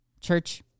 Church